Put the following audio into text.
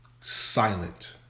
silent